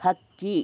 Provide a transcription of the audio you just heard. ಹಕ್ಕಿ